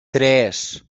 tres